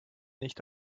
nicht